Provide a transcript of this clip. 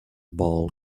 ball